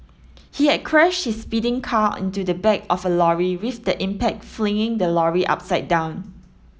he had crashed his speeding car into the back of a lorry with the impact flipping the lorry upside down